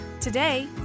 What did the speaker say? Today